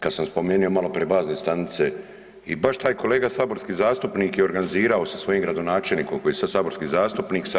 Kad sam spomenuo maloprije bazne stanice i baš taj kolega saborski zastupnik je organizirao sa svojim gradonačelnikom koji je sada saborski zastupnik sa